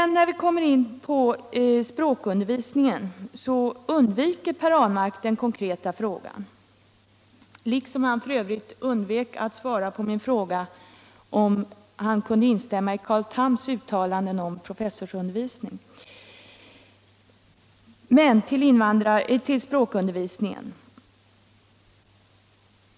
När vi kommer in på språkundervisningen undviker Per Ahlmark den konkreta frågan — liksom han f. ö. undvek ätt svara på min fråga om han kunde instämma i Carl Thams uttalanden om professorsutnämningar. Men till språkundervisningen!